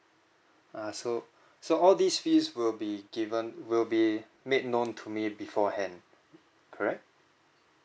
err so so all these fees will be given will be made known to me beforehand correct